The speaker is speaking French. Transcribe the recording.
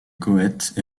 goethe